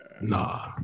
nah